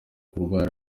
kurwara